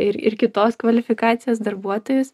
ir ir kitos kvalifikacijos darbuotojus